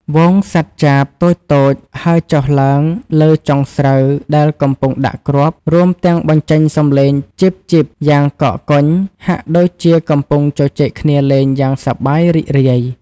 ហ្វូងសត្វចាបតូចៗហើរចុះឡើងលើចុងស្រូវដែលកំពុងដាក់គ្រាប់ រួមទាំងបញ្ចេញសំឡេង "ចីបៗ" យ៉ាងកកកុញ ហាក់ដូចជាកំពុងជជែកគ្នាលេងយ៉ាងសប្បាយរីករាយ។